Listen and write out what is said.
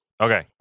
Okay